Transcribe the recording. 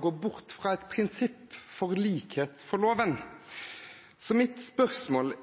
gå bort fra et prinsipp for likhet for loven. Så mitt spørsmål